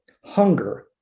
hunger